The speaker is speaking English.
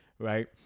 right